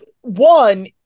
One